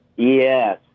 Yes